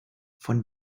von